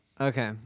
Okay